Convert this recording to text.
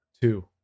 two